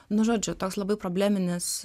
nu žodžiu toks labai probleminis